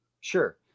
Sure